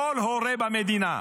כל הורה במדינה,